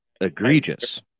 egregious